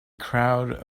crowd